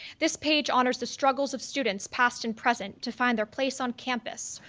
this page honors the struggles of students past and present to find their place on campus,